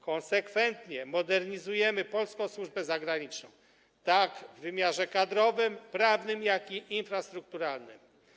Konsekwentnie modernizujemy polską służbę zagraniczną tak w wymiarze kadrowym, prawnym, jak i w wymiarze infrastrukturalnym.